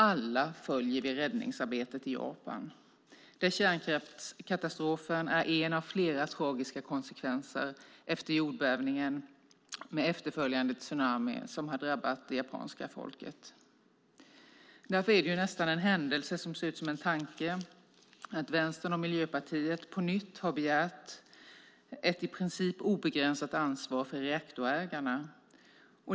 Alla följer vi räddningsarbetet i Japan, där kärnkraftskatastrofen är en av flera tragiska konsekvenser efter jordbävningen med efterföljande tsunami som har drabbat det japanska folket. Därför är det nästan en händelse som ser ut som en tanke att Vänstern och Miljöpartiet på nytt har begärt ett i princip obegränsat ansvar för reaktorägarna.